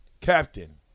Captain